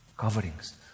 Coverings